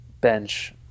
bench